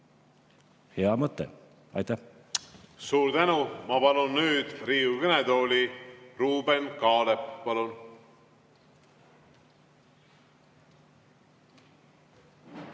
Hea mõte. Aitäh! Suur tänu! Ma palun nüüd Riigikogu kõnetooli Ruuben Kaalepi. Palun!